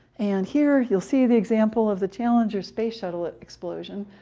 and here you'll see the example of the challenger space shuttle explosion,